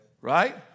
Right